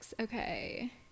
Okay